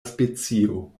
specio